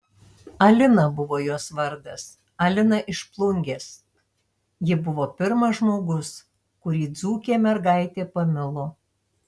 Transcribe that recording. alina buvo jos vardas alina iš plungės ji buvo pirmas žmogus kurį dzūkė mergaitė pamilo